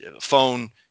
phone